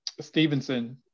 Stevenson